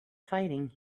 fighting